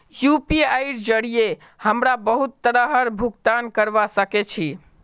यूपीआईर जरिये हमरा बहुत तरहर भुगतान करवा सके छी